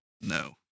No